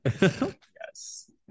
yes